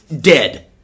Dead